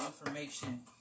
information